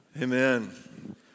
Amen